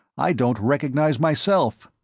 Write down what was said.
i don't recognize myself.